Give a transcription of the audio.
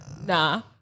nah